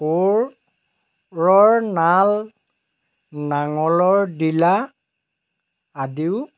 কোৰ ৰৰ নাল নাঙলৰ ডিলা আদিও